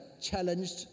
challenged